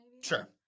Sure